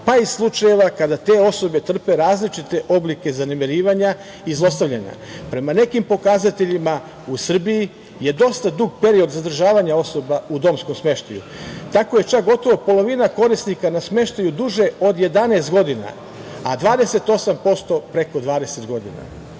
pa i slučajeva kada te osobe trpe različite oblike zanemarivanja i zlostavljanja. Prema nekim pokazateljima u Srbiji je dosta dug period zadržavanja osoba u domskom smeštaju. Tako je čak gotovo polovina korisnika na smeštaju duže od 11 godina, a 28% preko 20 godina. Imajući